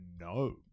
no